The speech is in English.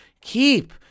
keep